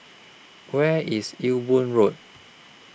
Where IS Ewe Boon Road